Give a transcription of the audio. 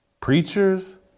Preachers